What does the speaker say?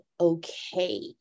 okay